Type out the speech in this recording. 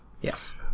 Yes